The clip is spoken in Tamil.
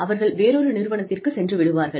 அவர்கள் வேறொரு நிறுவனத்திற்கு சென்று விடுவார்கள்